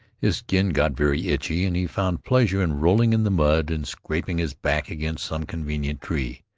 his skin got very itchy, and he found pleasure in rolling in the mud and scraping his back against some convenient tree.